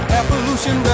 evolution